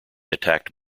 attacked